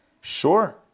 Sure